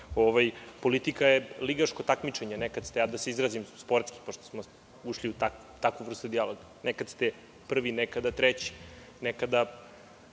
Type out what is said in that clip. politika je ligaško takmičenje, da se ja izrazim sportski, pošto smo ušli u takvu vrstu dijaloga. Nekada ste prvi, a nekada treći. Nekada